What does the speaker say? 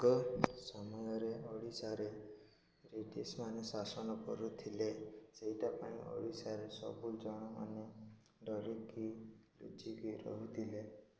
ଆଗ ସମୟରେ ଓଡ଼ିଶାରେ ବ୍ରିଟିଶ ମାନେ ଶାସନ କରୁଥିଲେ ସେଇଟା ପାଇଁ ଓଡ଼ିଶାରେ ସବୁ ଜଣ ମାନେ ଡରିକି ଲୁଚିକି ରହୁଥିଲେ